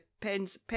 Pen's